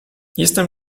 jestem